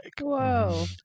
Whoa